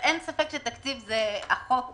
אין ספק שתקציב זה החוק